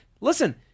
Listen